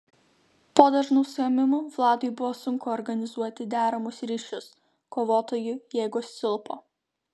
po dažnų suėmimų vladui buvo sunku organizuoti deramus ryšius kovotojų jėgos silpo